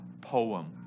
poem